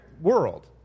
world